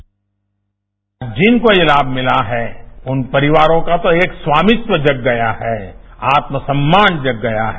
आज जिन कोई लाम मिला है उन परिवारों का तो एक स्वामित्व जग गया है आत्मसम्मान जग गया है